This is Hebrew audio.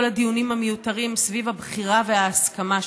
הדיונים המיותרים סביב הבחירה וההסכמה שלי.